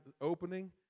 opening